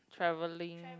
travelling